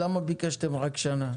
אם כן, למה ביקשתם רק שנה.